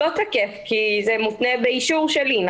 לא תקף כי זה מותנה באישור שלי.